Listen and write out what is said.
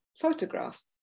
photograph